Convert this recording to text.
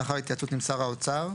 לאחר התייעצות עם שר האוצר,